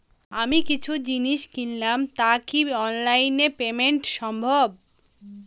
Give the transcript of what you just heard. আমি কিছু জিনিস কিনলাম টা কি অনলাইন এ পেমেন্ট সম্বভ?